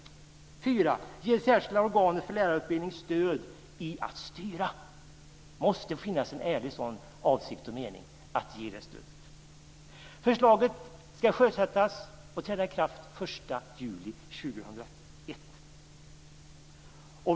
För det fjärde måste det särskilda organet för lärarutbildning ges stöd i att styra. Det måste finnas en ärlig avsikt och mening att ge det stödet. Förslaget ska sjösättas och träda i kraft den 1 juli 2001.